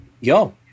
Yo